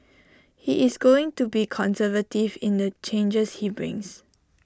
he is going to be conservative in the changes he brings